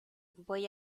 voy